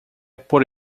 por